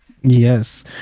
Yes